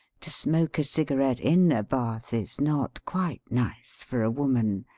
to smoke a cigarette in a bath is not quite nice for a woman,